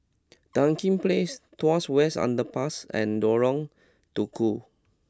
Dinding Place Tuas West Underpass and Lorong Tukol